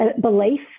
belief